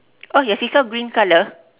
oh your seesaw green colour